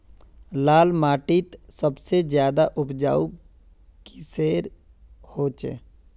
लाल माटित सबसे ज्यादा उपजाऊ किसेर होचए?